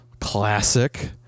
classic